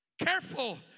Careful